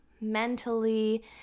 mentally